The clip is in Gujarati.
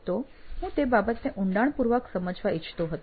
તો હું તે બાબતને ઊંડાણપૂર્વક સમજવા ઈચ્છતો હતો